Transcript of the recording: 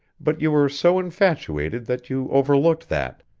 but you were so infatuated that you overlooked that.